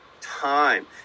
time